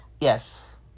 Yes